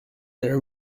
their